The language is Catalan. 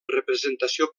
representació